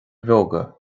bheoga